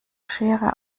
schere